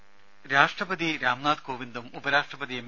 രുര രാഷ്ട്രപതി രാംനാഥ് കോവിന്ദും ഉപരാഷ്ട്രപതി എം